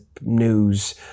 news